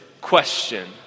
question